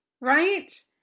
right